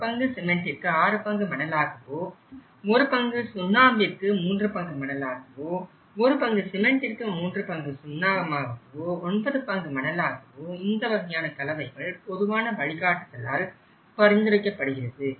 1 பங்கு சிமென்டிற்கு 6 பங்கு மணலாகவோ 1 பங்கு சுண்ணாம்பிற்கு 3 பங்கு மணலாகவோ 1 பங்கு சிமென்டிற்கு 3 பங்கு சுண்ணாம்பாகவோ 9 பங்கு மணலாகவோ இந்த வகையான கலவைகள் பொதுவாக வழிகாட்டுதலால் பரிந்துரைக்கப்படுகிறது